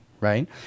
right